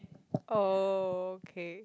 oh okay